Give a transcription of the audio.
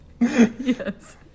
Yes